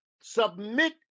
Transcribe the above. submit